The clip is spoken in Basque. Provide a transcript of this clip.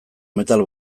metal